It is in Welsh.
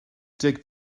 deg